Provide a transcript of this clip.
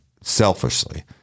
selfishly